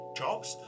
jobs